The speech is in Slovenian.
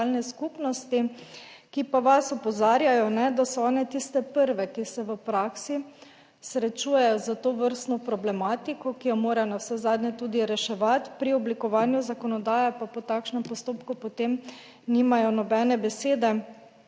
skupnosti, ki pa vas opozarjajo, da so one tiste prve, ki se v praksi srečujejo s tovrstno problematiko, ki jo mora navsezadnje tudi reševati, pri oblikovanju zakonodaje pa po takšnem postopku potem nimajo nobene besede,